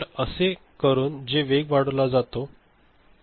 तर असे करून जे वेग वाढवला जातो बरोबर